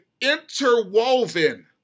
interwoven